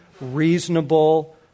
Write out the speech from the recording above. reasonable